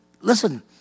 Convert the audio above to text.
Listen